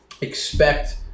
Expect